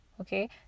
Okay